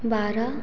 बारह